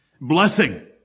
Blessing